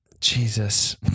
jesus